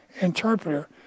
interpreter